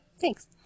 Thanks